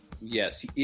Yes